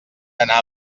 anar